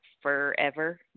forever